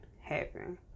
happen